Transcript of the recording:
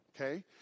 okay